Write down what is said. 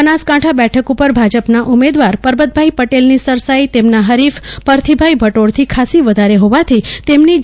બનાસકાંઠા બેઠક ઉપર ભાજપના ઉમેદવાર પરબતભાઈ પટેલની સરસાઈ તેમના હરીફ પરથીભાઈ ભટોળથી ખાસ્સી વધારે હોવાથી તેમની જીત નિશ્ચિત છે